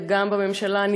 וגם בממשלה,